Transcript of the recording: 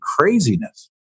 craziness